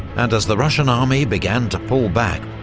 and as the russian army began to pull back,